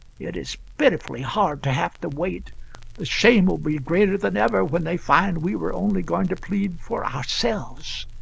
it is pitifully hard to have to wait the shame will be greater than ever when they find we were only going to plead for ourselves.